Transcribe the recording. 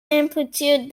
amplitude